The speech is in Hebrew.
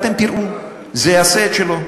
אתם תראו, זה יעשה את שלו.